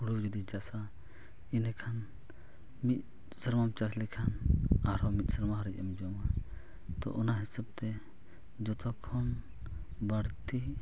ᱦᱩᱲᱩ ᱡᱩᱫᱤᱢ ᱪᱟᱥᱟ ᱞᱮᱠᱷᱟᱱ ᱤᱱᱟᱹ ᱠᱷᱟᱱ ᱢᱤᱫ ᱥᱮᱨᱢᱟᱢ ᱪᱟᱥ ᱞᱮᱠᱷᱟᱱ ᱟᱨᱦᱚᱸ ᱢᱤᱫ ᱥᱮᱨᱢᱟ ᱫᱷᱟᱹᱵᱤᱡᱮᱢ ᱡᱚᱢᱟ ᱛᱳ ᱚᱱᱟ ᱦᱤᱥᱟᱹᱵᱽᱛᱮ ᱡᱚᱛᱚ ᱠᱷᱚᱱ ᱵᱟᱹᱲᱛᱤ